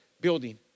building